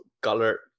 color